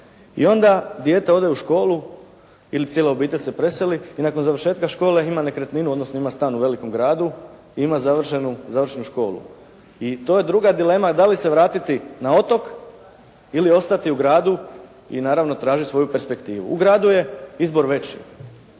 i onda dijete ode u školu ili cijela obitelj se preseli i nakon završetka škole ima nekretninu, odnosno ima stan u velikom gradu i ima završenu školu. I to je druga dilema da li se vratiti na otok ili ostati u gradu i naravno tražiti svoju perspektivu. U gradu je izbor veći.